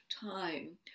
time